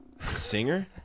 singer